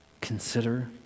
Consider